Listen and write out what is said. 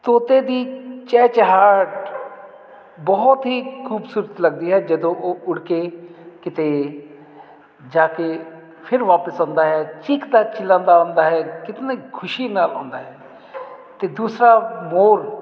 ਤੋਤੇ ਦੀ ਚਹਿ ਚਹਾਹਟ ਬਹੁਤ ਹੀ ਖੂਬਸੂਰਤ ਲੱਗਦੀ ਹੈ ਜਦੋਂ ਉਹ ਉੱਡ ਕੇ ਕਿਤੇ ਜਾ ਕੇ ਫਿਰ ਵਾਪਿਸ ਆਉਂਦਾ ਹੈ ਚੀਕਦਾ ਚਿਲਾਉਂਦਾ ਆਉਂਦਾ ਹੈ ਕਿਤਨੀ ਖੁਸ਼ੀ ਨਾਲ ਆਉਂਦਾ ਹੈ ਅਤੇ ਦੂਸਰਾ ਮੋਰ